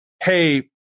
hey